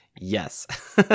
yes